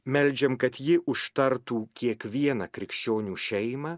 meldžiam kad ji užtartų kiekvieną krikščionių šeimą